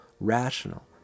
rational